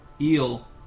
eel